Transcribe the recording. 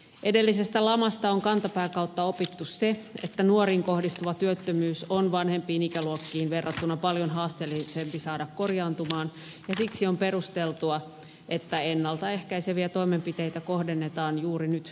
edellisestä lamasta on kantapään kautta opittu se että nuoriin kohdistuva työttömyys on vanhempiin ikäluokkiin verrattuna paljon haasteellisempi saada korjaantumaan ja siksi on perusteltua että ennalta ehkäiseviä toimenpiteitä kohdennetaan juuri nyt nuorisoon